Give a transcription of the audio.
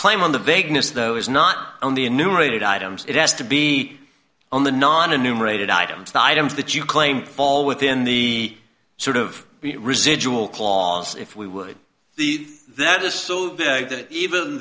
claim on the vagueness though is not on the enumerated items it has to be on the non enumerated items the items that you claim fall within the sort of residual clause if we would the that is so big that even